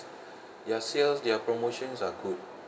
their sales their promotions are good